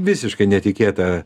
visiškai netikėtą